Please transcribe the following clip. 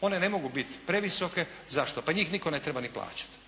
One ne mogu biti previsoke. Zašto? Pa njih nitko ne treba ni plaćati.